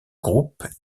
groupe